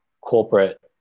corporate